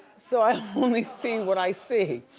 so i only see and what i see.